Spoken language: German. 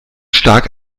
stark